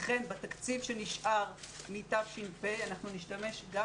אכן בתקציב שנשאר מתש"ף אנחנו נשתמש גם